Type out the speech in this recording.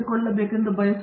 professor